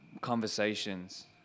conversations